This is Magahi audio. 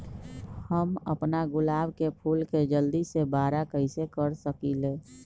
हम अपना गुलाब के फूल के जल्दी से बारा कईसे कर सकिंले?